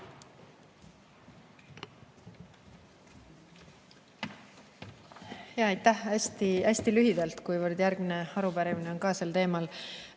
Aitäh! Hästi lühidalt, kuivõrd järgmine arupärimine on sel teemal.